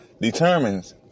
determines